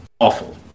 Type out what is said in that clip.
awful